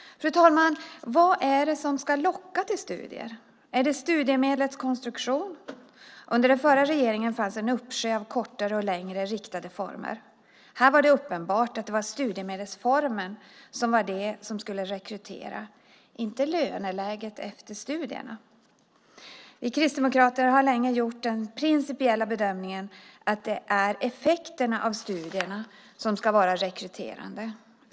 Fru talman! Vad är det som ska locka till studier? Är det studiemedlets konstruktion? Under den förra regeringen fanns en uppsjö av kortare och längre riktade former. Här var det uppenbart att det var studiemedelsformen som var det som skulle rekrytera, inte löneläget efter studierna. Vi kristdemokrater har länge gjort den principiella bedömningen att det är effekterna av studierna som ska vara rekryterande.